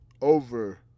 over